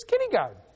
kindergarten